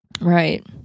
Right